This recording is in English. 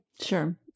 Sure